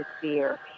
fear